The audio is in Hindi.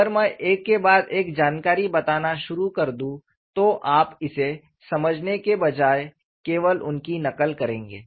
अगर मैं एक के बाद एक जानकारी बताना शुरू कर दूं तो आप इसे समझने के बजाय केवल उनकी नकल करेंगे